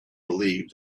believed